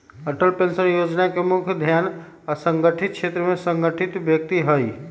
Atal pension जोजना के मुख्य ध्यान असंगठित क्षेत्र से संबंधित व्यक्ति हइ